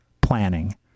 planning